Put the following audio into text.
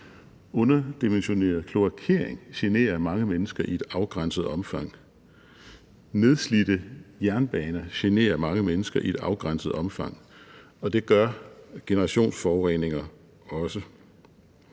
Underdimensioneret kloakering generer mange mennesker i et afgrænset omfang. Nedslidte jernbaner generer mange mennesker i et afgrænset omfang, og det gør generationsforureninger også.